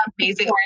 amazing